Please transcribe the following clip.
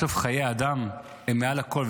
בסוף חיי אדם הם מעל הכול,